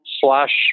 slash